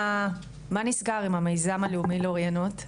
מה נסגר עם המיזם הלאומי לאוריינות,